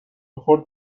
خرد